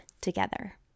together